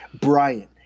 Brian